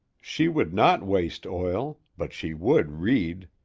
she would not waste oil, but she would read.